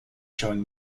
showing